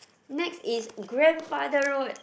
next is grandfather road